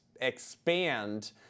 expand